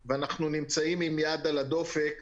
סימון כדי שלא יישבו אחריו ולשמור על בידוד של הנהג.